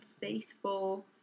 faithful